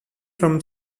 from